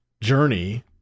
journey